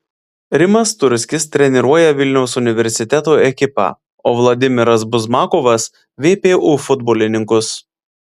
rimas turskis treniruoja vilniaus universiteto ekipą o vladimiras buzmakovas vpu futbolininkus